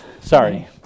Sorry